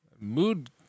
Mood